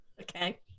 Okay